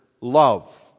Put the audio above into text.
love